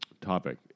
topic